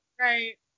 right